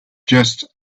just